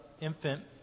infant